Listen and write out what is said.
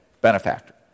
benefactor